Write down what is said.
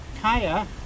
Kaya